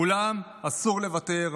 אולם אסור לוותר.